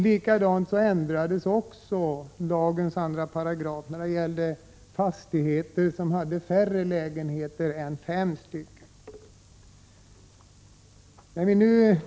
Lagens andra paragraf ändrades också i fråga om fastigheter som har färre lägenheter än fem.